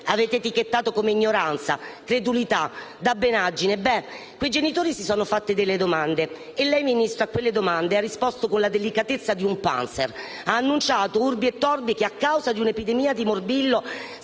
avete etichettato come ignoranza, credulità, dabbenaggine), quei genitori si sono fatti delle domande. E lei, Ministro, a quelle domande ha risposto con la delicatezza di un *panzer*, annunciando *urbi et orbi* che, a causa di una epidemia di morbillo,